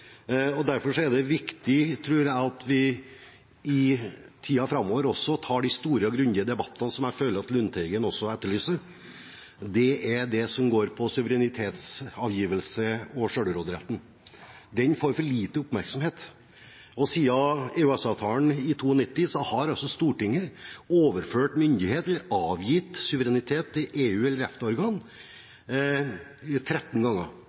Derfor er det viktig, tror jeg, at vi i tiden framover også tar de store og grundige debattene, som jeg føler at Lundteigen også etterlyser, om det som går på suverenitetsavgivelse og selvråderetten. Den får for lite oppmerksomhet, Siden EØS-avtalen i 1992 har Stortinget overført myndighet – eller avgitt suverenitet – til EU- eller EFTA-organer 13 ganger,